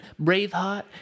Braveheart